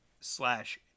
slash